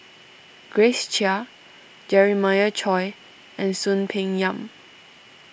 Grace Chia Jeremiah Choy and Soon Peng Yam